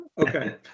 Okay